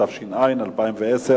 התש"ע 2010,